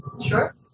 Sure